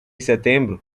setembro